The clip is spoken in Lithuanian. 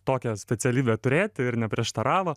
tokią specialybę turėti ir neprieštaravo